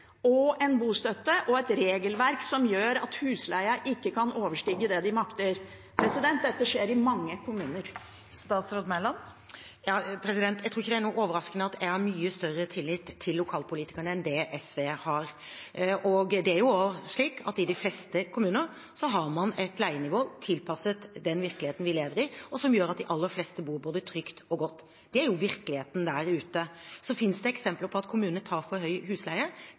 og en bostøtte og et regelverk som gjør at husleia ikke kan overstige det de makter. Dette skjer i mange kommuner. Jeg tror ikke det er noe overraskende at jeg har mye større tillit til lokalpolitikerne enn det SV har. I de fleste kommuner har man et leienivå tilpasset den virkeligheten vi lever i, og det gjør at de aller fleste bor både trygt og godt. Det er virkeligheten der ute. Så finnes det eksempler på at kommunene tar for høy husleie.